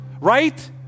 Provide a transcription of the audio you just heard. Right